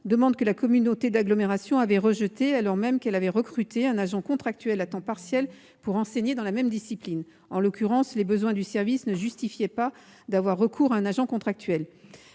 demande que la communauté d'agglomération avait rejetée, alors même qu'elle avait recruté un agent contractuel à temps partiel pour enseigner dans la même discipline. En l'occurrence, les besoins du service ne justifiaient pas d'avoir recours à un agent contractuel.